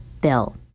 bill